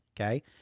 okay